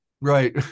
Right